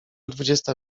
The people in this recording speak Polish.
dwudziesta